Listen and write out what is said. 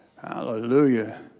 Hallelujah